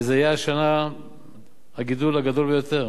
וזה יהיה השנה הגידול הגדול ביותר,